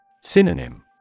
Synonym